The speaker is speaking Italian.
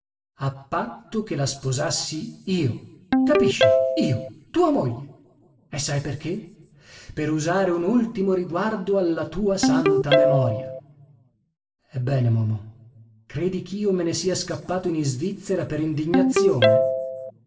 a patto che la sposassi io capisci io tua moglie e sai perché per usare un ultimo riguardo alla tua santa memoria ebbene momo credi ch'io me ne sia scappato in isvizzera per indignazione